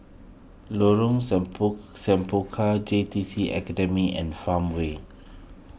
Lorong Semangka J T C Academy and Farmway